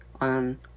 on